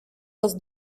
los